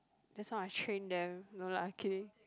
that's how I train them no lah kidding